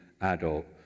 adult